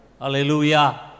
Hallelujah